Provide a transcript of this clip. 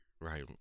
right